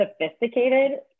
sophisticated